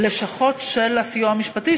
לשכות של הסיוע המשפטי,